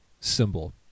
symbol